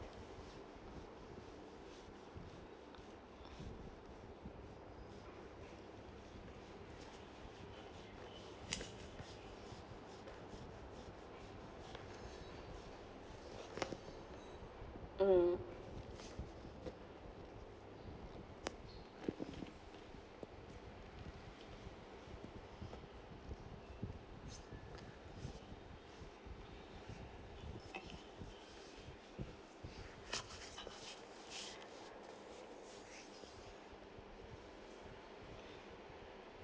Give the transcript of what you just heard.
mm